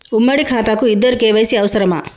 ఉమ్మడి ఖాతా కు ఇద్దరు కే.వై.సీ అవసరమా?